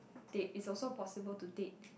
date is also possible to date